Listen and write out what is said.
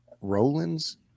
Roland's